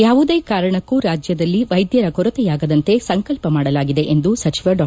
ಯಾವುದೇ ಕಾರಣಕ್ಕೂ ರಾಜ್ಯದಲ್ಲಿ ವೈದ್ಯರ ಕೊರತೆಯಾಗದಂತೆ ಸಂಕಲ್ಪ ಮಾಡಲಾಗಿದೆ ಎಂದು ಸಚಿವ ಡಾ